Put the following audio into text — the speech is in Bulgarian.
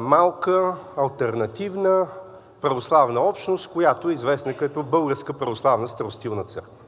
малка алтернативна православна общност, която е известна като Българска православна старостилна църква.